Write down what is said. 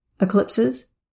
eclipses